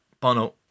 Bono